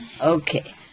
Okay